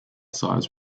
size